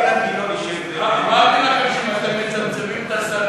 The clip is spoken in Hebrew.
אתה יכול להחליט אם אתה רוצה לדבר, לנצל את הזמן,